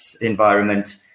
environment